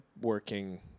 working